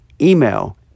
email